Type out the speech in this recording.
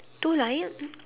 two line